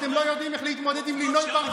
אתם לא יודעים איך להתמודד עם לינוי בר גפן.